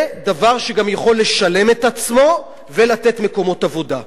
זה דבר שיכול לשלם את עצמו וגם לתת מקומות עבודה.